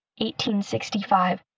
1865